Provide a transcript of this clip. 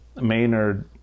Maynard